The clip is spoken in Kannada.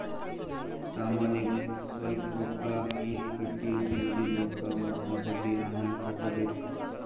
ಸಾಮಾನಿಗ್ ಸ್ವಲ್ಪ್ ರೊಕ್ಕಾ ಈಗ್ ಕಟ್ಟಿ ಉಳ್ದಿದ್ ರೊಕ್ಕಾ ಮತ್ತ ಬಡ್ಡಿ ಅಮ್ಯಾಲ್ ಕಟ್ಟಬೇಕ್